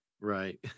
Right